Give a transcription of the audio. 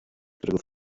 którego